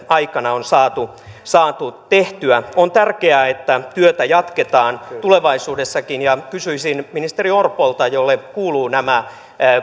aikana on saatu saatu tehtyä on tärkeää että työtä jatketaan tulevaisuudessakin ja kysyisin ministeri orpolta jolle kuuluvat nämä